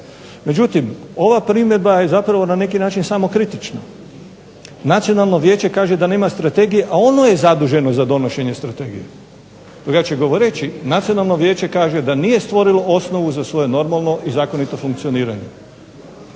Međutim, ova primjedba je zapravo na neki način samokritična. Nacionalno vijeće kaže da nema strategije, a ono je zaduženo za donošenje strategije. Drugačije govoreći Nacionalno vijeće kaže da nije stvorilo osnovu za svoje normalno i zakonito funkcioniranje.